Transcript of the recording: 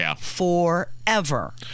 forever